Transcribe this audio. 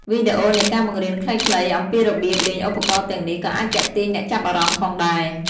វីដេអូនៃការបង្រៀនខ្លីៗអំពីរបៀបលេងឧបករណ៍ទាំងនេះក៏អាចទាក់ទាញអ្នកចាប់អារម្មណ៍ផងដែរ។